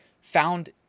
found